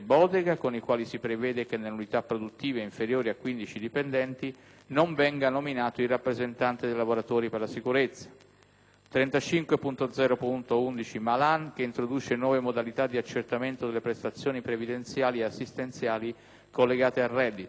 35.0.11, che introduce nuove modalità di accertamento delle prestazioni previdenziali e assistenziali collegate al reddito; 37.0.2, che modifica i meccanismi vigenti per la valorizzazione del percorso scolastico per l'accesso ai corsi universitari;